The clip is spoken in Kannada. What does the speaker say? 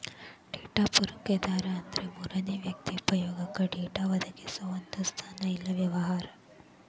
ಡೇಟಾ ಪೂರೈಕೆದಾರ ಅಂದ್ರ ಮೂರನೇ ವ್ಯಕ್ತಿ ಉಪಯೊಗಕ್ಕ ಡೇಟಾ ಒದಗಿಸೊ ಒಂದ್ ಸಂಸ್ಥಾ ಇಲ್ಲಾ ವ್ಯವಹಾರ